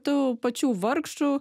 tų pačių vargšų